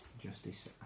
justice